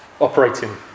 Operating